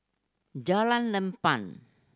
Jalan Lapang